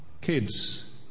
kids